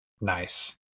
Nice